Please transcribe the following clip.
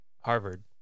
Harvard